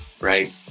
right